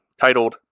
titled